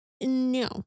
No